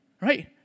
Right